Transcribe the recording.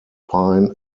pine